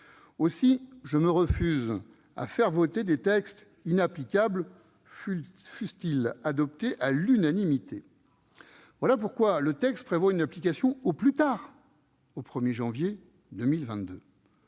Aussi, je me refuse à faire voter des textes inapplicables, fussent-ils adoptés à l'unanimité. Voilà pourquoi le texte prévoit une application « au plus tard au 1 janvier 2022